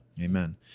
Amen